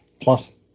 Plus